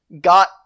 got